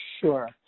Sure